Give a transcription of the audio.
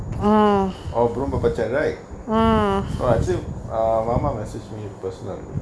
oh பச்சை:pachai right oo achev~ err mama message me personaly